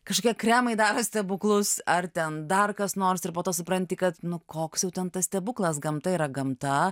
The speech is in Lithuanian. kažkokie kremai daro stebuklus ar ten dar kas nors ir po to supranti kad nu koks jau ten tas stebuklas gamta yra gamta